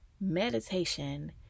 Meditation